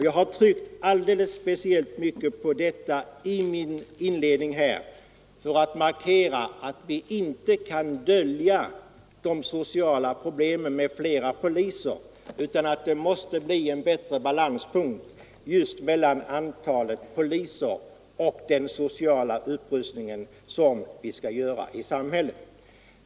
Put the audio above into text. Jag har tryckt alldeles speciellt på detta i min inledning här just för att markera att vi inte kan dölja de sociala problemen genom flera poliser, utan att det måste bli en bättre balans mellan antalet poliser och den sociala upprustning som vi skall göra i samhället.